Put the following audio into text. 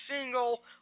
single